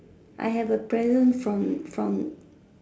I have a present from from